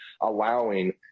allowing